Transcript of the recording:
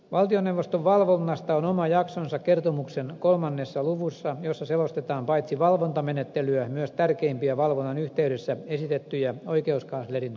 valtioneuvoston valvonnasta on oma jaksonsa kertomuksen kolmannessa luvussa jossa selostetaan paitsi valvontamenettelyä myös tärkeimpiä valvonnan yhteydessä esitettyjä oikeuskanslerin kannanottoja